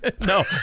No